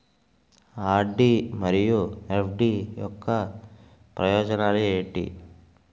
RD మరియు FD యొక్క ప్రయోజనాలు ఏంటి?